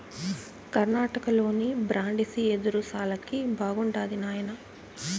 కర్ణాటకలోని బ్రాండిసి యెదురు శాలకి బాగుండాది నాయనా